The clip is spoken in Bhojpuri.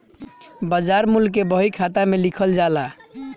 बाजार मूल्य के बही खाता में लिखल जाला